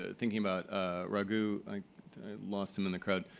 ah thinking about raghu. i lost him in the crowd.